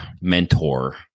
mentor